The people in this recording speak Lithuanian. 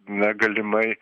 na galimai